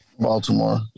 Baltimore